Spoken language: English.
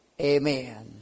Amen